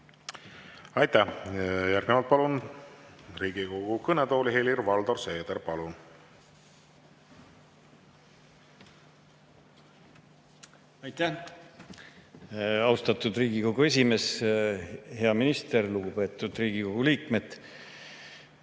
Järgnevalt palun Riigikogu kõnetooli Helir-Valdor Seederi. Aitäh, austatud Riigikogu esimees! Hea minister! Lugupeetud Riigikogu liikmed!